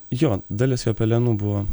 jo dalis jo pelenų buvo